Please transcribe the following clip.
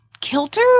kilter